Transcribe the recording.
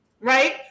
right